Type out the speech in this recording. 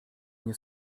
nie